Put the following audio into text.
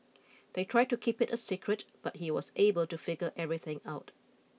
they tried to keep it a secret but he was able to figure everything out